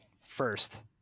first